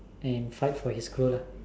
and fight for his crew lah